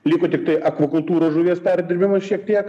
liko tiktai akvakultūros žuvies perdirbimo šiek tiek